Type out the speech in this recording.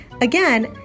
Again